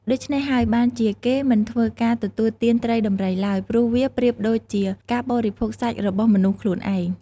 ដូច្នេះហើយបានជាគេមិនធ្វើការទទួលទានត្រីដំរីឡើយ ព្រោះវាប្រៀបដូចជាការបរិភោគសាច់របស់មនុស្សខ្លួនឯង។